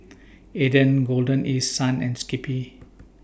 Aden Golden East Sun and Skippy